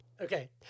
Okay